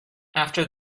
after